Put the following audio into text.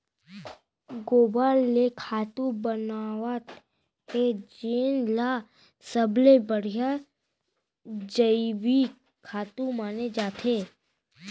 गोबर ले खातू बनावत हे जेन ल सबले बड़िहा जइविक खातू माने जाथे